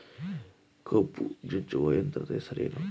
ಕಬ್ಬು ಜಜ್ಜುವ ಯಂತ್ರದ ಹೆಸರೇನು?